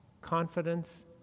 confidence